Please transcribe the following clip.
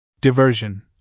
Diversion